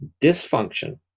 dysfunction